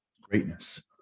Greatness